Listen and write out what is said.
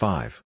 Five